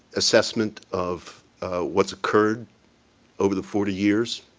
assessment of what's occurred over the forty years,